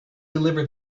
deliver